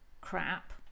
crap